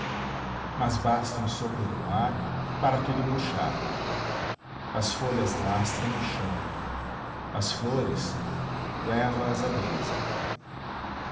mas basta um sopro do mar para tudo murchar as folhas lastram o chão as flores leva as a brisa